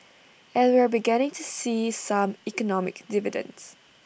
and we are beginning to see some economic dividends